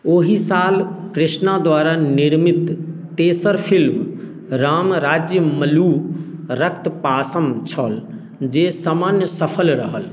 ओहि साल कृष्णा द्वारा निर्मित तेसर फिल्म राम राज्यमलू रक्त पासम छल जे सामान्य सफल रहल